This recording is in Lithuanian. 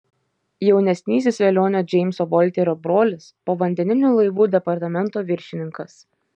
jaunesnysis velionio džeimso volterio brolis povandeninių laivų departamento viršininkas